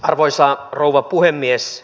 arvoisa rouva puhemies